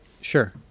Sure